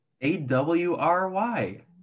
A-W-R-Y